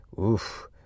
Oof